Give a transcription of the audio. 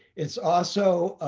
it's also